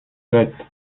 sept